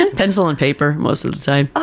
and pencil and paper most of the time.